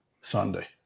Sunday